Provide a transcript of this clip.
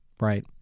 Right